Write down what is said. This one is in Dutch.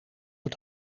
het